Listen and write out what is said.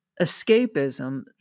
escapism